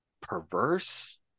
perverse